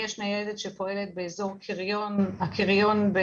יש ניידת שפועלת באזור הקריון בחיפה,